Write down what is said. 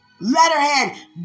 letterhead